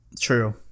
true